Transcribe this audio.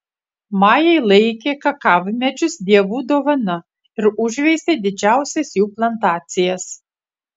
majai laikė kakavmedžius dievų dovana ir užveisė didžiausias jų plantacijas